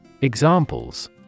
Examples